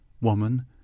Woman